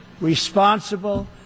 responsible